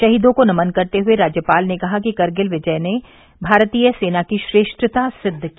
शहीदों को नमन करते हए राज्यपाल ने कहा कि कारगिल विजय ने भारतीय सेना की श्रेष्ठता सिद्व की